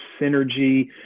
synergy